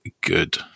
good